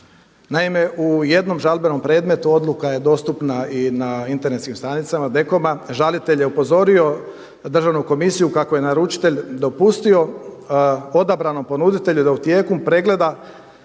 Naime, u jednom žalbenom predmetu odluka je dostupna i na internetskim stranicama DKOM-a. Žalitelj je upozorio Državnu komisiju kako je naručitelj dopustio odabranom ponuditelju da u tijeku pregleda